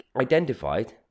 identified